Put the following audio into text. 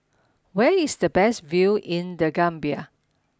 where is the best view in The Gambia